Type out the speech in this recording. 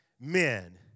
men